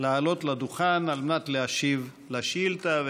לעלות לדוכן על מנת להשיב על השאילתה,